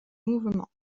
mouvements